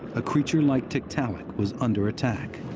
a creature like tiktaalik was under attack,